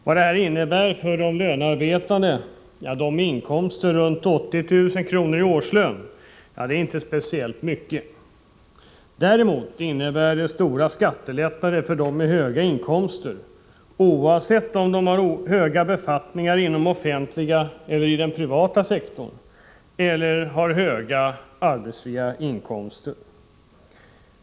Vad detta innebär för de lönearbetande, de med årsinkomster runt 80 000 kr., är inte speciellt mycket. Däremot innebär det stora skattelättnader för dem med höga inkomster, oavsett om de har höga befattningar inom den offentliga eller den privata sektorn, eller om de har höga arbetsfria inkomster.